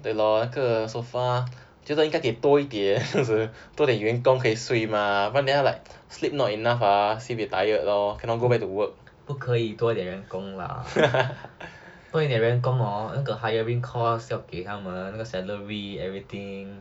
不可以多点人工 lah 多一点人工那个 hiring costs 要给他们那个 salary everything